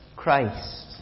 Christ